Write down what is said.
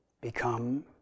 become